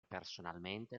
personalmente